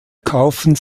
kaufen